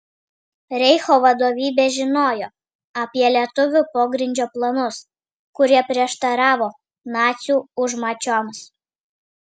reicho vadovybė žinojo apie lietuvių pogrindžio planus kurie prieštaravo nacių užmačioms